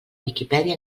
viquipèdia